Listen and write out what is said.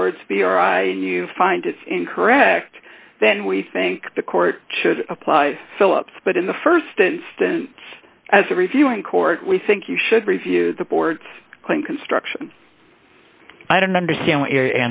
n you find it incorrect then we think the court should apply philips but in the st instance as a reviewing court we think you should review the board's claim construction i don't understand what your